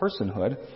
personhood